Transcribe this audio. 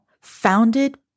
founded